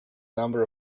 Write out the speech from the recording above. number